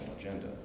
agenda